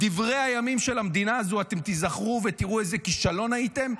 בדברי הימים של המדינה הזו אתם תיזכרו ותראו איזה כישלון הייתם,